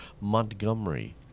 Montgomery